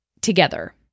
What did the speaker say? together